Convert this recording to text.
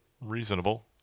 reasonable